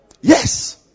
yes